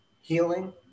healing